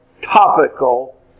topical